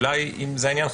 אולי אם זה העניין,